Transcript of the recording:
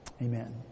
Amen